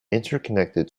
interconnected